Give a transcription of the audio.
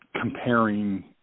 comparing